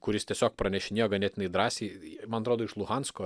kuris tiesiog pranešinėjo ganėtinai drąsiai man atrodo iš luhansko